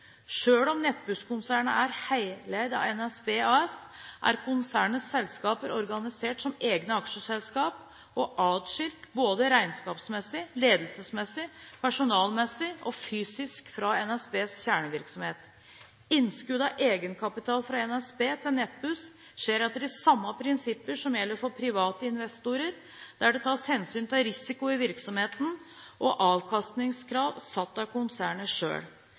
om Nettbusskonsernet er heleid av NSB AS, er konsernets selskaper organisert som egne aksjeselskaper og adskilt både regnskapsmessig, ledelsesmessig, personalmessig og fysisk fra NSBs kjernevirksomhet. Innskudd av egenkapital fra NSB til Nettbuss skjer etter de samme prinsipper som gjelder for private investorer der det tas hensyn til risiko i virksomheten og avkastningskrav som er satt av konsernet